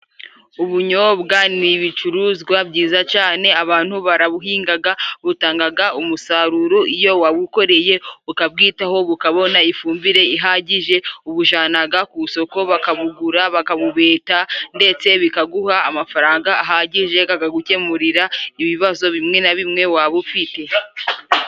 Ubunyobwa ni ibicuruzwa byiza cane, abantu barabuhingaga, butangaga umusaruro. Iyo wabukoreye ukabwitaho, bukabona ifumbire ihagije, ubujanaga ku isoko bakabugura bakabubeta, ndetse bikaguha amafaranga ahagije, kagagukemurira ibibazo bimwe na bimwe waba ufite.